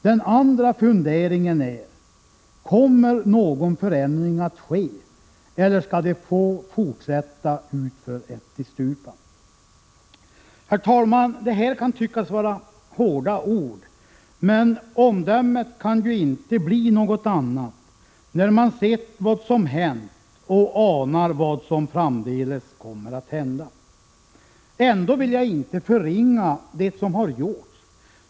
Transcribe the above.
Den andra funderingen blir om någon förändring kommer att ske eller om det skall få fortsätta utför ättestupan. Herr talman! Detta kan tyckas vara hårda ord, men omdömet kan ju inte bli något annat när man har sett vad som har hänt och anar vad som framdeles kommer att hända. Jag vill ändock inte förringa det som har gjorts.